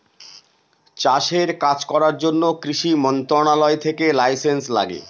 চাষের কাজ করার জন্য কৃষি মন্ত্রণালয় থেকে লাইসেন্স লাগে